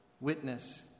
witness